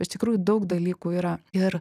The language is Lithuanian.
iš tikrųjų daug dalykų yra ir